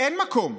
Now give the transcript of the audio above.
אין מקום?